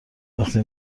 وقتی